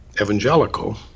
evangelical